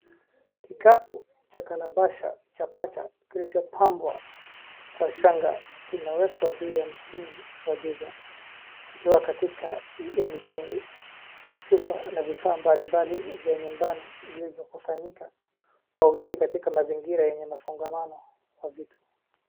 Kikapu cha kalabasha cha pacha kilichopambwa kwa shanga kimewekwa juu ya msingi wa giza kikiwa katika ya mitungi, chupa na vifaa mbali mbali vya nyumbani vilivyokusanyika kwa uwingi katika mazingira yenye masongamano ya vitu.